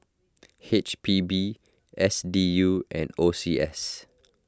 H P B S D U and O C S